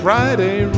Friday